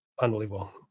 unbelievable